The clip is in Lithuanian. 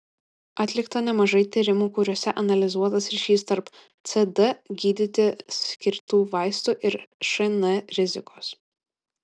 atlikta nemažai tyrimų kuriuose analizuotas ryšys tarp cd gydyti skirtų vaistų ir šn rizikos